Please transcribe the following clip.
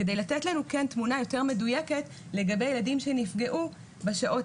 כדי לתת לנו כן תמונה מדויקת לגבי ילדים שנפגעו בשעות